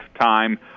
time